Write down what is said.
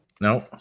no